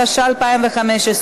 התשע"ה 2015,